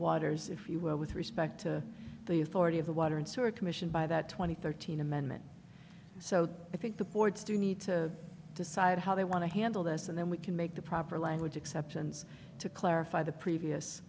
waters if you were with respect to the authority of the water and sewer commission by that twenty thirteen amendment so i think the boards do need to decide how they want to handle this and then we can make the proper language exceptions to clarify the previous